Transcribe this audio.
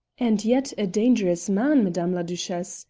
and yet a dangerous man, madame la duchesse,